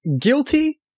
guilty